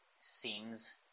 seems